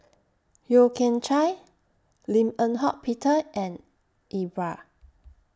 Yeo Kian Chye Lim Eng Hock Peter and Iqbal